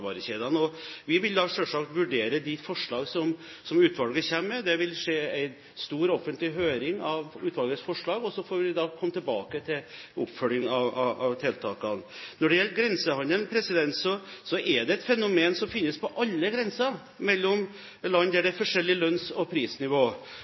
Vi vil selvsagt vurdere de forslag som utvalget kommer med. Det vil være en stor offentlig høring av utvalgets forslag, og så får vi komme tilbake til en oppfølging av tiltakene. Når det gjelder grensehandelen, er det et fenomen som finnes på alle grenser mellom land der det